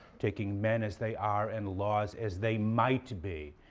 taking men as they are and laws as they might be.